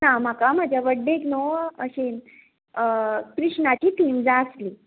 ना म्हाका म्हाज्या बड्डेक न्हू अशें कृष्णाची थीम जाय आसली